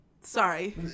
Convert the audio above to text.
sorry